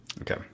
Okay